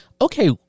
okay